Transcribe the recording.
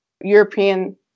European